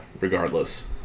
regardless